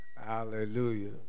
Hallelujah